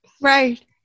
Right